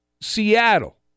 Seattle